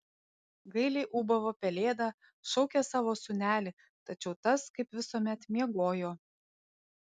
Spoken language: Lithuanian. gailiai ūbavo pelėda šaukė savo sūnelį tačiau tas kaip visuomet miegojo